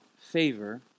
favor